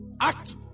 Act